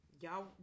Y'all